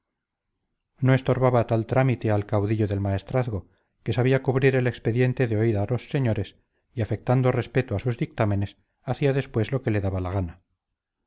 no estorbaba tal trámite al caudillo del maestrazgo que sabía cubrir el expediente de oír a los señores y afectando respeto a sus dictámenes hacía después lo que le daba la gana